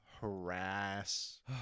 harass